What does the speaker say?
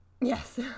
yes